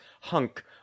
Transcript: hunk